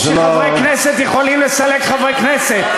שחברי כנסת יכולים לסלק חברי כנסת.